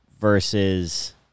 versus